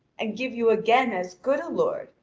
and give you again as good a lord,